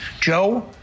Joe